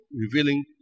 revealing